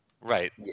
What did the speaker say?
Right